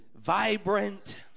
vibrant